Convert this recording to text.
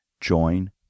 join